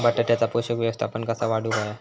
बटाट्याचा पोषक व्यवस्थापन कसा वाढवुक होया?